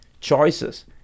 choices